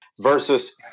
versus